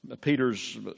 Peter's